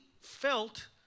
felt